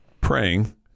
Praying